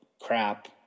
crap